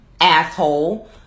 asshole